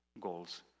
goals